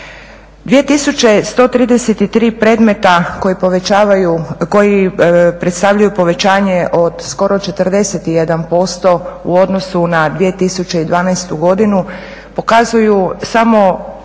2133 predmeta koji predstavljaju povećanje od skoro 41% u odnosu na 2012. godinu pokazuju samo